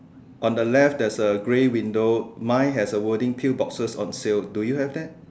on the left there's a grey window mine has the wording teal boxes on sale do you have that